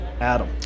Adam